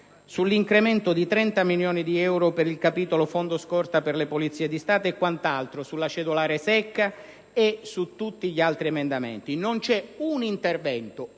Sull'incremento di 30 milioni di euro per il capitolo Fondo scorta per la Polizia di Stato e quant'altro, sulla cedolare secca e su tutti gli altri emendamenti. Non c'è un solo intervento,